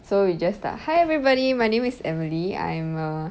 so we just start hi everybody my name is emily I am a